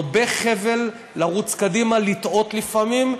הרבה חבל לרוץ קדימה, לטעות לפעמים,